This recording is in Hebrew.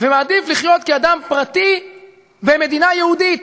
ומעדיף לחיות כאדם פרטי במדינה יהודית.